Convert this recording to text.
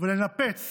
ולנפץ